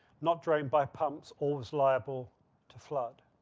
not drained by pumps, always liable to flood.